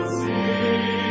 see